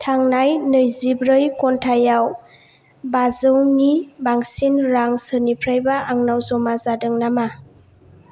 थांनाय नैजिब्रै घन्टायाव बाजौनि बांसिन रां सोरनिफ्रायबा आंनाव जमा जादों नामा